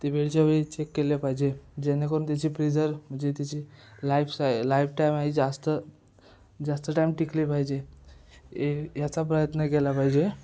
ते वेळच्या वेळी चेक केले पाहिजे जेणेकरून तिची फ्रीजर म्हणजे त्याची लाईफ साई लाईफ टाईम ही जास्त जास्त टाईम टिकली पाहिजे हे याचा प्रयत्न केला पाहिजे